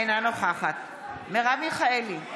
אינה נוכחת מרב מיכאלי,